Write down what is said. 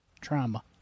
Trauma